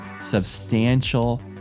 substantial